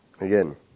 again